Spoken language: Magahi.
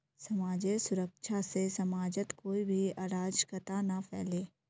समाजेर सुरक्षा से समाजत कोई भी अराजकता ना फैले